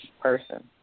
person